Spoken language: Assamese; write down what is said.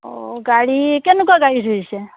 অঁ গাড়ী কেনেকুৱা গাড়ী ধৰিছে